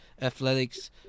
athletics